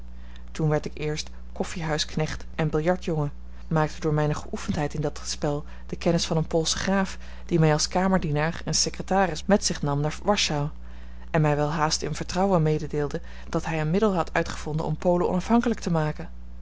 toen werd ik eerst koffiehuisknecht en biljard jongen maakte door mijne geoefendheid in dat spel de kennis van een poolschen graaf die mij als kamerdienaar en secretaris met zich nam naar warschau en mij welhaast in vertrouwen mededeelde dat hij een middel had uitgevonden om polen onafhankelijk te maken